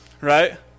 right